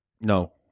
No